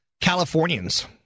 Californians